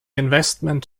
investment